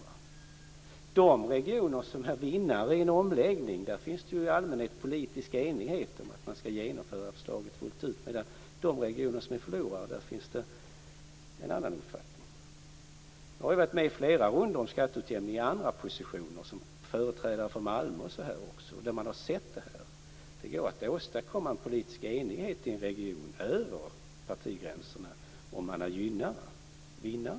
I de regioner som är vinnare i en omläggning finns det i allmänhet politisk enighet om att man skall genomföra förslaget fullt ut, medan det i de regioner som är förlorare finns en annan uppfattning. Jag har ju varit med i flera rundor om skatteutjämning i andra positioner, som företrädare för Malmö, och sett detta. Det går att åstadkomma politisk enighet över partigränserna i en region om man är gynnad, om man är vinnare.